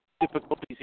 difficulties